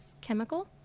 chemical